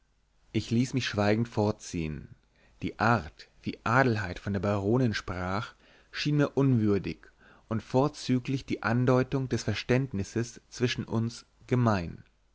ich ließ mich schweigend fortziehen die art wie adelheid von der baronin sprach schien mir unwürdig und vorzüglich die andeutung des verständnisses zwischen uns gemein